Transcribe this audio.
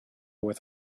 with